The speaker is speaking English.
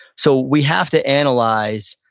so, we have to analyze,